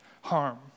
harm